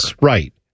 Right